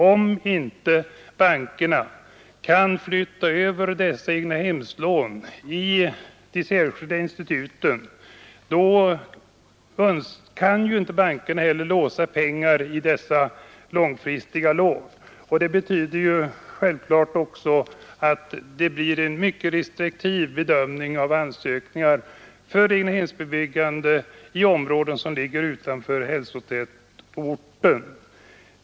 Om inte bankerna kan flytta över dessa egnahemslån i de särskilda instituten, kan bankerna inte heller låsa pengar i dessa långfristiga lån. Det betyder självfallet också att det blir en mycket restriktiv bedömning av ansökningar för egnahemsbebyggelse i områden som ligger utanför hälsovårdstätorter.